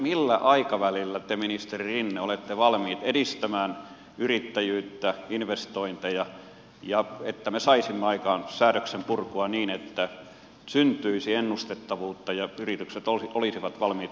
millä aikavälillä te ministeri rinne olette valmiit edistämään yrittäjyyttä investointeja ja sitä että me saisimme aikaan säädösten purkua niin että syntyisi ennustettavuutta ja yritykset olisivat valmiit investoimaan